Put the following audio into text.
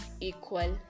equal